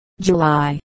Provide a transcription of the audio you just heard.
July